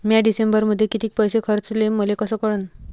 म्या डिसेंबरमध्ये कितीक पैसे खर्चले मले कस कळन?